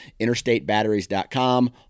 Interstatebatteries.com